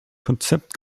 konzept